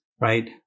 right